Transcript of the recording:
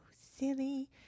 silly